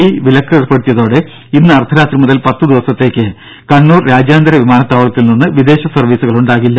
E വിലക്കേർപ്പെടുത്തിയതോടെ ഇന്ന് അർധരാത്രി മുതൽ പത്ത് ദിവസത്തേക്ക് കണ്ണൂർ രാജ്യാന്തര വിമാനത്താവളത്തിൽനിന്ന് വിദേശ സർവീസുകളുണ്ടാകില്ല